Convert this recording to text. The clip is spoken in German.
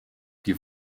die